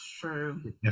True